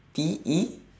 T E